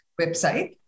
website